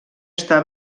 està